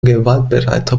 gewaltbereiter